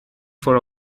for